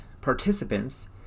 participants